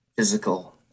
Physical